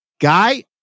guy